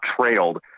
trailed